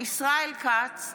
ישראל כץ,